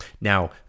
now